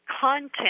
content